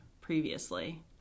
previously